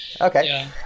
Okay